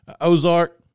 Ozark